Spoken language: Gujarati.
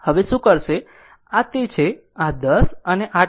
આ તે આ છે આ 10 અને 8